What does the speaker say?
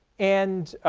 and